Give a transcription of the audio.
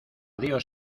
dios